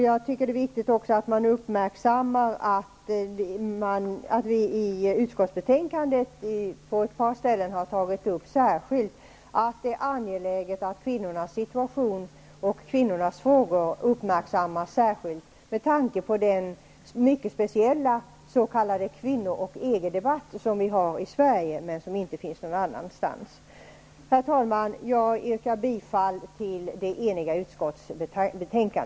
Jag tycker också att det är viktigt att man uppmärksammar att vi i utskottsbetänkandet på ett par ställen har anfört att det är angeläget att kvinnornas situation och kvinnornas frågor uppmärksammas särskilt med tanke på den mycket speciella s.k. kvinno och EG-debatt som förs i Sverige men som inte förekommer någon annanstans. Herr talman! Jag yrkar bifall till utskottets enhälliga hemställan.